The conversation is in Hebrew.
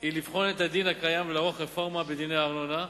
היא לבחון את הדין הקיים ולערוך רפורמה בדיני הארנונה.